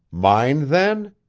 mine, then?